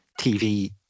TV